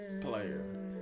player